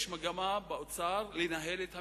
יש מגמה באוצר לנהל את המדינה,